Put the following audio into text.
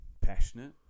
passionate